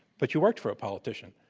but you worked for a politician?